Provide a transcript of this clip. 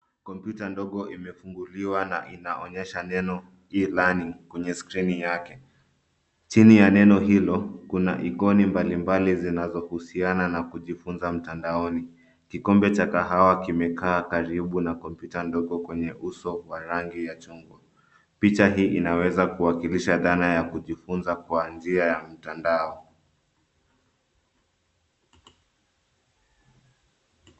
Kompyuta ndogo imefunguliwa na inaonyesha neno E-learning kwenye skrini yake. Chini ya neno hilo, kuna ikoni mbalimbali zinazohusiana na kujifunza mtandaoni. Kikombe cha kahawa kimekaa karibu na kompyuta ndogo kwenye uso wa rangi ya chungwa. Picha hii inaweza kuwakilisha dhana ya kujifunza kwa njia ya mtandao.